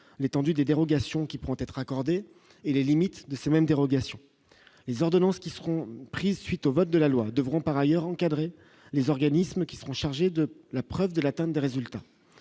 l'étendue des dérogations qui pourront être accordées et les limites de ce même dérogation les ordonnances qui seront prises suite au vote de la loi devront par ailleurs encadrer les organismes qui seront chargés de la preuve de l'attente des résultats,